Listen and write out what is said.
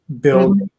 build